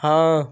हाँ